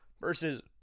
versus